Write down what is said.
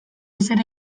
ezer